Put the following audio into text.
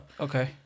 Okay